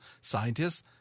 Scientists